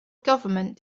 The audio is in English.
government